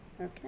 Okay